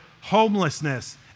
homelessness